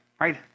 right